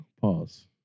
Pause